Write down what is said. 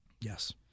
Yes